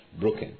broken